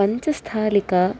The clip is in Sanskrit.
पञ्चस्थालिका